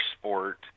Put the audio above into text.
sport